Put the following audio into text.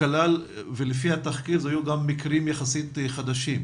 לפי התחקיר היו מקרים יחסית חדשים.